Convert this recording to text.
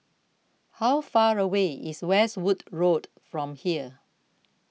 how far away is Westwood Road from here